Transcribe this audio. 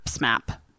map